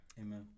Amen